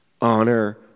honor